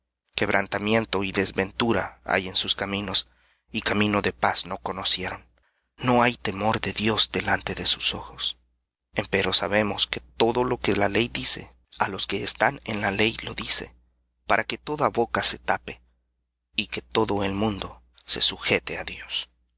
quebrantamiento y desventura hay en sus caminos y camino de paz no conocieron no hay temor de dios delante de sus ojos empero sabemos que todo lo que la ley dice á los que están en la ley lo dice para que toda boca se tape y que todo el mundo se sujete á dios